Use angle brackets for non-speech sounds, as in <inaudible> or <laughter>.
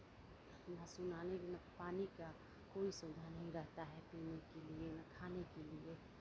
ना <unintelligible> पानी का कोई सुविधा नहीं रहता है पीने के लिए ना खाने के लिए सरकारी